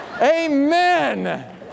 Amen